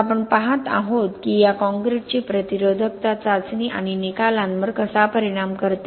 मग आपण पहात आहोत की या काँक्रीटची प्रतिरोधकता चाचणी आणि निकालांवर कसा परिणाम करते